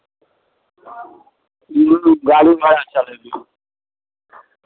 गाड़ी घोड़ा चलै छै